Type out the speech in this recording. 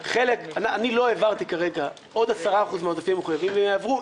אני לא העברתי כרגע עוד 10% מהעודפים המחויבים יעברו,